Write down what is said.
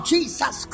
Jesus